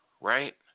right